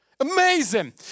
Amazing